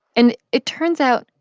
and it turns out,